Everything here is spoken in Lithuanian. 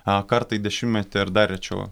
kartą į dešimtmetį ar dar rečiau